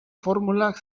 formulak